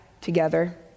together